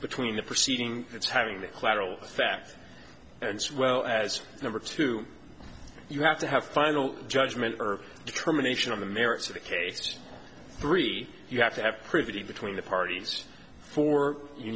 between the proceeding that's having the collateral facts and swell as number two you have to have final judgment or determination on the merits of the case three you have to have pretty between the parties for you